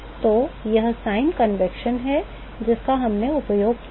तो यह वह साइन कन्वेंशन है जिसका हमने उपयोग किया है